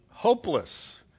hopeless